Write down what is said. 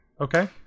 Okay